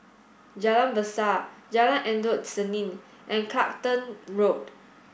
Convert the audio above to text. Jalan Besar Jalan Endut Senin and Clacton Road